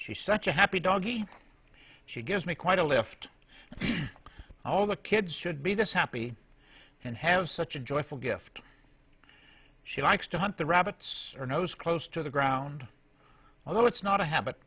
she's such a happy doggie she gives me quite a lift and all the kids should be this happy and have such a joyful gift she likes to hunt the rabbits her nose close to the ground although it's not a habit